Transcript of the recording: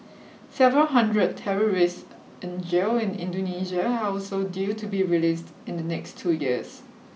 several hundred terrorists in jail in Indonesia are also due to be released in the next two years